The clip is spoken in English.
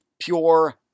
pure